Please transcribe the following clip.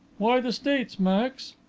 why the states, max?